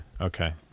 Okay